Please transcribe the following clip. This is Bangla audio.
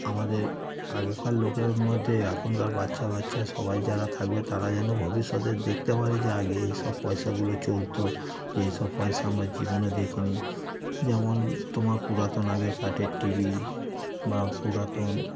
আমাদের আগেকার লোকের মধ্যে এখনকার বাচ্চা বাচ্চা সবাই যারা থাকবে তারা যেন ভবিষ্যতে দেখতে পারে যে আগে এই সব পয়সাগুলো চলত যে সব পয়সা আমরা জীবনে দেখিনি যেমন তোমার পুরাতন আগে কাঠের টি ভি বা পুরাতন